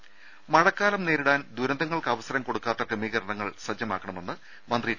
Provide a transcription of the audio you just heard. രുര മഴക്കാലം നേരിടാൻ ദുരന്തങ്ങൾക്കവസരം കൊടുക്കാത്ത ക്രമീകരണങ്ങൾ സജ്ജമാക്കണമെന്ന് മന്ത്രി ടി